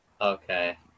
okay